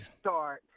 start